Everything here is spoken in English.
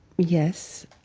yes.